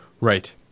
Right